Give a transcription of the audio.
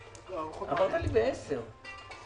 החנוכה ומחפשים את האור בקצה המנהרה.